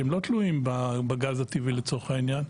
שהם לא תלויים בגז הטבעי לצורך העניין,